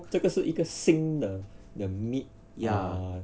这个是一个新的的 meat err